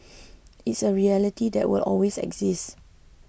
it's a reality that will always exist